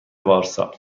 وارسا